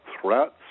threats